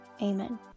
Amen